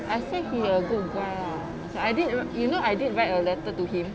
I think he a good guy lah macam I did wrote you know I did write a letter to him